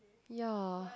ya